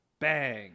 bang